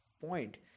point